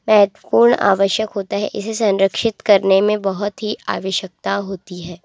महत्वपूर्ण आवश्यक होता है इसे संरक्षित करने में बहुत ही आवश्यकता होती है